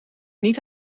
niet